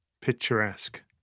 picturesque